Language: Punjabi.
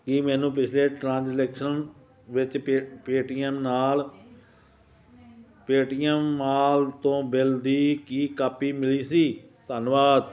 ਕੀ ਮੈਨੂੰ ਪਿਛਲੇ ਟ੍ਰਾਂਜੈਕਸ਼ਨ ਵਿੱਚ ਪੇ ਪੇਟੀਐਮ ਨਾਲ ਪੇਟੀਐਮ ਮਾਲ ਤੋਂ ਬਿੱਲ ਦੀ ਕੀ ਕਾਪੀ ਮਿਲੀ ਸੀ ਧੰਨਵਾਦ